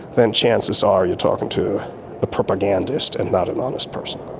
then chances are you're talking to a propagandist and not an honest person.